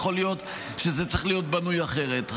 יכול להיות שזה צריך להיות בנוי אחרת.